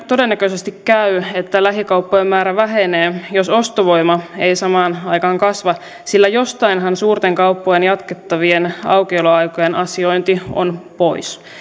todennäköisesti käy näin että lähikauppojen määrä vähenee jos ostovoima ei samaan aikaan kasva sillä jostainhan suurten kauppojen jatkettavien aukioloaikojen asiointi on pois